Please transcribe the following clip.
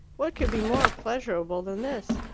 what could be more pleasurable than this?